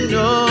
no